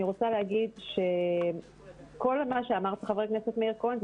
אני רוצה לומר שכל מה שאמר חבר הכנסת מאיר כהן,